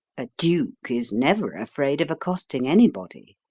a duke is never afraid of accosting anybody.